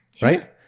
right